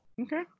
Okay